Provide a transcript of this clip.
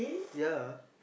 ya